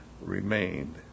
remained